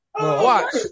Watch